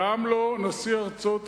חבר הכנסת, גם לא נשיא ארצות-הברית.